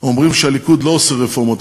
אומרים שהליכוד לא עושה רפורמות,